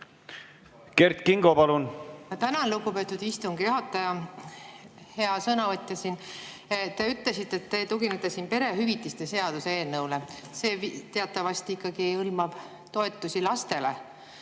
Kert Kingo, palun!